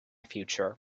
future